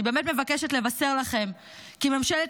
אני באמת מבקשת לבשר לכם כי ממשלת